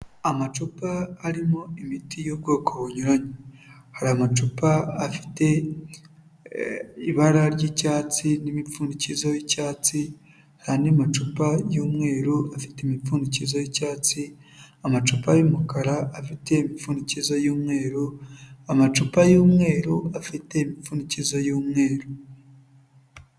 Amacupa arimo imiti y'ubwoko bunyuranye, hari amacupa afite ibara ry'icyatsi n'ibipfundikizo y'icyatsi hari andi macupa y'umweru afite imipfundikizo y'icyatsi, amacupa y'umukara afite imipfundikizo y'umweru, amacupa y'umweru afite imupfundikizo y'umweru.